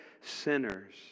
sinners